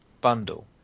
bundle